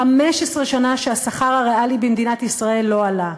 15 שנה שהשכר הריאלי במדינת ישראל לא עלה.